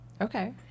Okay